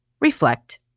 reflect